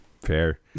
Fair